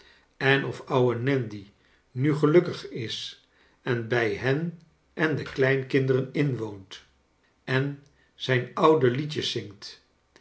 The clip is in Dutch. en of oude nandy nu gelukkig is en bij hen en de kleinkinderen inwoont en zijn oude liedjes zingt